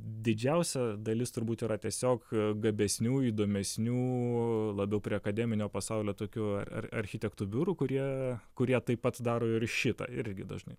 didžiausia dalis turbūt yra tiesiog gabesnių įdomesnių labiau prie akademinio pasaulio tokių ar ar architektų biurų kurie kurie taip pat daro ir šitą irgi dažnai